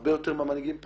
הרבה יותר מהמנהיגים פה,